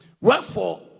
Wherefore